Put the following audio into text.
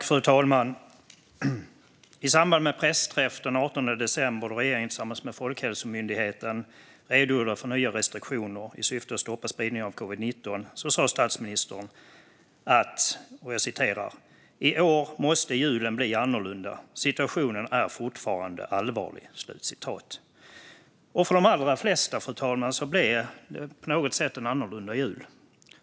Fru talman! I samband med en pressträff den 18 december då regeringen tillsammans med Folkhälsomyndigheten redogjorde för nya restriktioner i syfte att stoppa spridningen av covid-19 sa statsministern: "I år måste julen bli annorlunda. Situationen är fortfarande allvarlig." Och för de allra flesta, fru talman, blev det på något sätt en annorlunda jul.